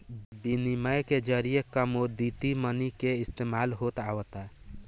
बिनिमय के जरिए कमोडिटी मनी के इस्तमाल होत आवता